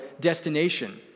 destination